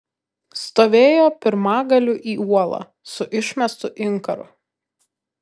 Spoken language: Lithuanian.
stovėjo pirmagaliu į uolą su išmestu inkaru